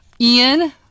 Ian